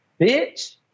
bitch